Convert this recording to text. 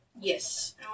Yes